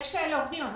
יש כאלה עובדים.